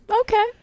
Okay